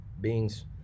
beings